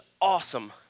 awesome